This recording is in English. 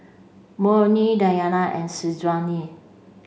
Murni Diyana and Syazwani